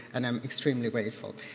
and i'm extremely grateful.